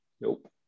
Nope